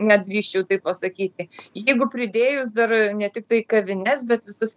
net drįsčiau taip pasakyti jeigu pridėjus dar ne tiktai kavines bet visas